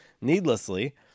needlessly